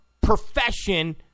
profession